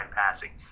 passing